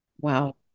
Wow